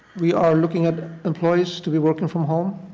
we are looking at employees to be working from home.